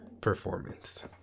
performance